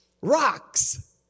rocks